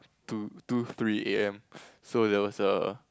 two two three A_M so there was a